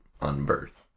unbirth